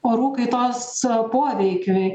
orų kaitos poveikiui